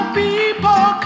people